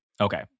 Okay